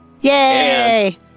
Yay